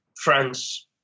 France